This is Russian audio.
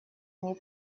они